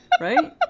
Right